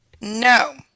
No